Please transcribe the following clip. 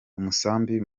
umusambi